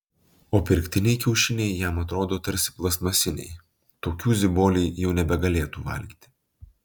o pirktiniai kiaušiniai jam atrodo tarsi plastmasiniai tokių ziboliai jau nebegalėtų valgyti